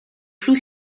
flou